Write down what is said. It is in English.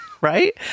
right